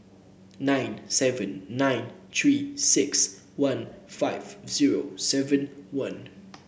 nine seven nine Three six one five zero seven one